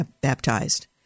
baptized